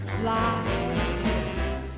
fly